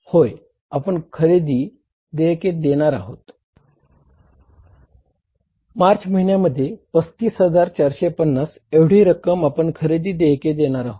होय आपण खरेदी देयके देणार आहोत मार्च महिन्यामध्ये 35450 एवढी रक्कम आपण खरेदी देयके देणार आहोत